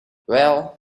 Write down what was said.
well